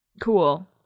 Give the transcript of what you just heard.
cool